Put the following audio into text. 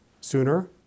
sooner